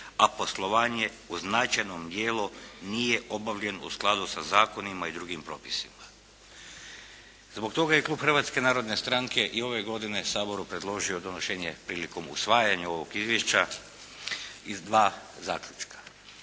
a poslovanje u značajnom dijelu nije obavljeno u skladu sa zakonima i drugim propisima. Zbog toga je klub Hrvatske narodne stranke i ove godine Saboru predložio donošenje prilikom usvajanja ovog izvješća iz dva zaključka.